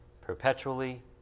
perpetually